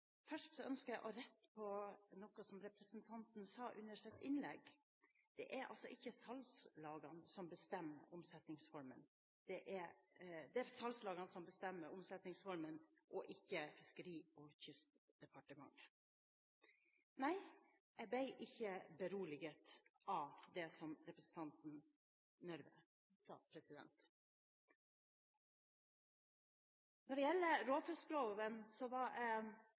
Først ønsker jeg å rette på noe som representanten sa under sitt innlegg. Det er salgslagene som bestemmer omsetningsformen, ikke Fiskeri- og kystdepartementet. Nei, jeg ble ikke beroliget av det som representanten Røbekk Nørve sa. Når det gjelder råfiskloven, var